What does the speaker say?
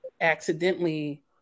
accidentally